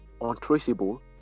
untraceable